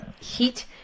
heat